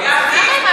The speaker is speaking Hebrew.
גפני,